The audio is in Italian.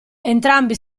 entrambi